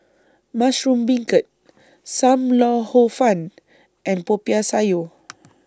Mushroom Beancurd SAM Lau Hor Fun and Popiah Sayur